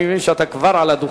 אני מבין שאתה כבר על הדוכן.